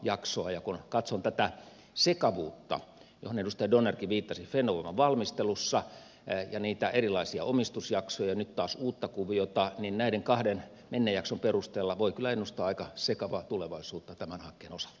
ja kun katson tätä sekavuutta johon edustaja donnerkin viittasi fennovoiman valmistelussa ja niitä erilaisia omistusjaksoja nyt taas uutta kuviota niin näiden kahden menneen jakson perusteella voi kyllä ennustaa aika sekavaa tulevaisuutta tämän hankkeen osalta